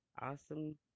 awesome